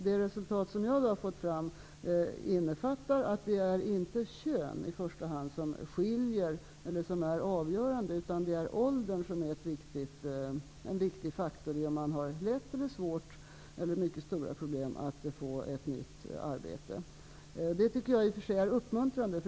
Det resultat som jag har fått fram visar på att det inte i första hand är könet som är avgörande utan att åldern är en viktig faktor för om man har lätt, svårt eller mycket svårt att få ett nytt arbete. Det tycker jag i och för sig är uppmuntrande.